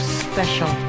special